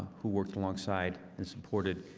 who worked alongside and supported?